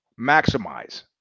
Maximize